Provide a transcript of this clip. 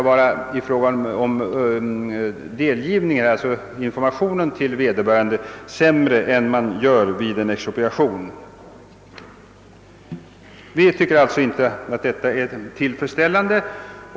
Vi anser att informationen till vederbörande markägare inte bör vara sämre än vid en expropriation.